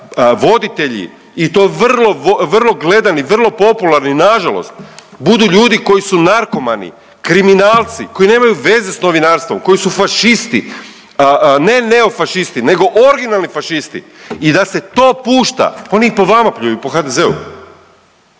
voditelji i to vrlo, vrlo gledani, vrlo popularni nažalost budu ljudi koji su narkomani, kriminalci, koji nemaju veze s novinarstvom, koji su fašisti, ne neofašisti nego originalni fašisti i da se to pušta, oni i po vama pljuju i po HDZ-u.